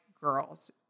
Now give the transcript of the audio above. girls